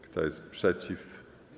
Kto jest przeciw?